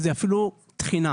זה אפילו תחינה.